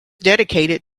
dedicated